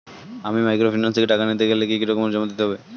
আমি মাইক্রোফিন্যান্স থেকে টাকা নিতে গেলে কি কি ডকুমেন্টস জমা দিতে হবে?